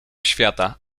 świata